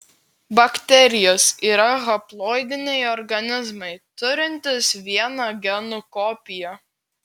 bakterijos yra haploidiniai organizmai turintys vieną genų kopiją